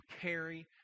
carry